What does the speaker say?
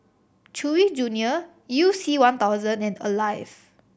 Chewy Junior You C One thousand and Alive